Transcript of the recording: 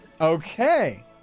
Okay